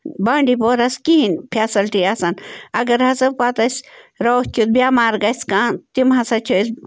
بانٛڈی پوراہَس کِہیٖنۍ فٮ۪سلٹی آسان اگر ہسا پَتہٕ اَسہِ راتھ کیُتھ بٮ۪مار گژھِ کانٛہہ تِم ہسا چھِ أسۍ